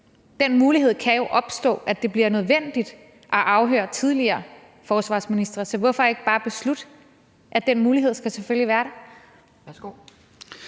den mulighed kan jo opstå – at afhøre tidligere forsvarsministre. Så hvorfor ikke bare beslutte, at den mulighed selvfølgelig skal være der?